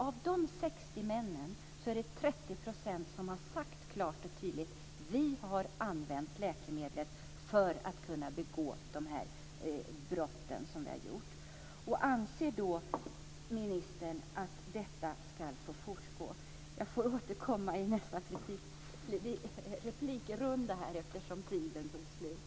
Av de 60 männen har 30 % klart och tydligt sagt: Vi har använt läkemedlet för att kunna begå de brott som vi har begått. Anser ministern att detta ska få fortgå? Jag får återkomma i nästa replikrunda, eftersom talartiden tog slut.